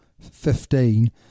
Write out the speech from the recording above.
fifteen